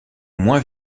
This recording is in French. moins